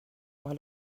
par